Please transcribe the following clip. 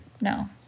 No